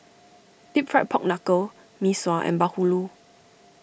Deep Fried Pork Knuckle Mee Sua and Bahulu